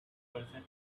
person